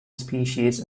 species